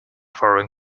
foreign